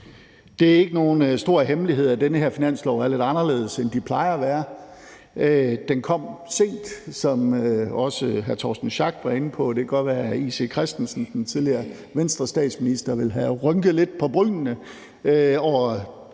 Det er ikke nogen stor hemmelighed, at den her finanslov er lidt anderledes, end de plejer at være. Den kom sent, som også hr. Torsten Schack Pedersen var inde på. Det kan godt være, at J.C. Christensen – den tidligere Venstrestatsminister – ville have rynket brynene lidt